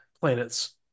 planets